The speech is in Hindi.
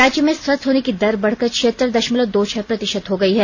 राज्य में स्वस्थ होने की दर बढ़कर छियतर दशमलव दो छह प्रतिशत हो गई है